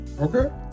okay